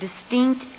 distinct